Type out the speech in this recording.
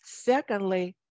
Secondly